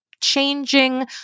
changing